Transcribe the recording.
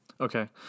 Okay